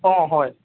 অঁ হয়